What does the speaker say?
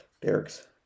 Derek's